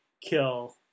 kill